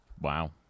Wow